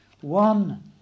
One